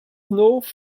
north